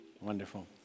Wonderful